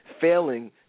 failing